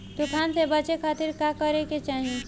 तूफान से बचे खातिर का करे के चाहीं?